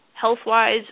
health-wise